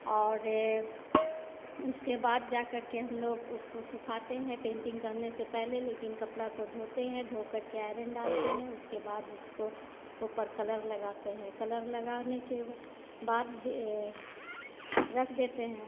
और उसके बाद जा करके हम लोग उसको सुखाते हैं पेंटिंग करने से पहले लेकिन कपड़े को धोते हैं धो करके आयरन डालते हैं उसके बाद उसके ऊपर कलर लगाते है कलर लगाने के बा बाद द रख देते हैं